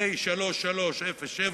פ/3307,